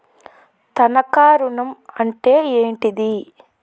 తనఖా ఋణం అంటే ఏంటిది?